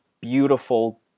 beautiful